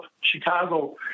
Chicago